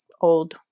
old